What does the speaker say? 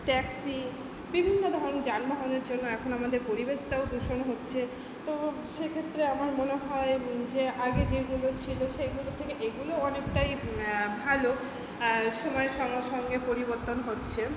taxi বিভিন্ন ধরন যানবাহনের জন্য এখন আমাদের পরিবেশটাও দূষণ হচ্ছে তো সেক্ষেত্রে আমার মনে হয় যে আগে যেগুলো ছিল সেগুলো থেকে এগুলোও অনেকটাই ভালো আর সময়ের সঙ্গে সঙ্গে পরিবর্তন হচ্ছে